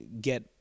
get